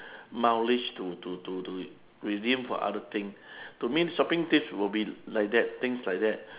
mileage to to to to redeem for other thing to me shopping tips will be like that things like that